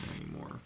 anymore